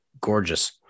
gorgeous